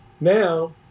now